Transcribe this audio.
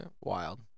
Wild